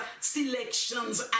selections